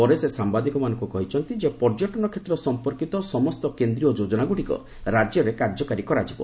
ପରେ ସେ ସାମ୍ଭାଦିକମାନଙ୍କୁ କହିଛନ୍ତି ପର୍ଯ୍ୟଟନ କ୍ଷେତ୍ର ସମ୍ପର୍କିତ ସମସ୍ତ କେନ୍ଦ୍ରୀୟ ଯୋଜନାଗୁଡ଼ିକ ରାଜ୍ୟରେ କାର୍ଯ୍ୟକାରୀ କରାଯିବ